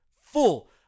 full